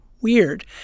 weird